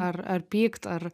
ar ar pykt ar